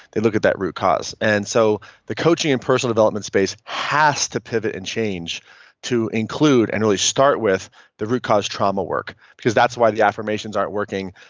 they look at that root cause and so the coaching and personal development space has to pivot and change to include and really start with the root cause trauma work because that's why the affirmations aren't working.